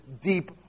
deep